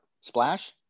splash